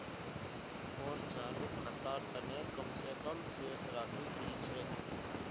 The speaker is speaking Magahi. मोर चालू खातार तने कम से कम शेष राशि कि छे?